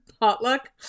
Potluck